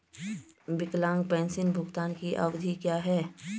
विकलांग पेंशन भुगतान की अवधि क्या है?